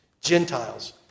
Gentiles